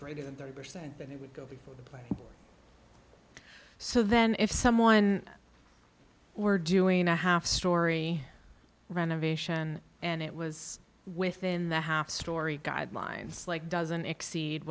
greater than thirty percent then it would go to the play so then if someone were doing a half story renovation and it was within the half story guidelines like doesn't exceed